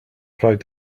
proud